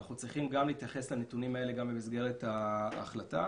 אנחנו צריכים להתייחס לנתונים האלה במסגרת ההחלטה.